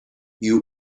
you